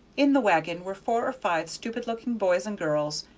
in the wagon were four or five stupid-looking boys and girls,